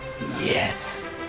yes